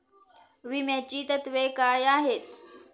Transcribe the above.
विम्याची तत्वे काय आहेत?